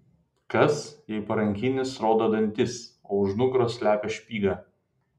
kas jei parankinis rodo dantis o už nugaros slepia špygą